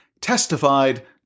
testified